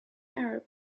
arab